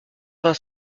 vingt